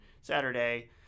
Saturday